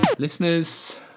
Listeners